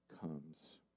comes